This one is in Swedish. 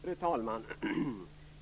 Fru talman!